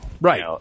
right